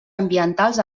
ambientals